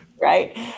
Right